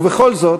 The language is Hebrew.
ובכל זאת,